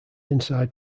inside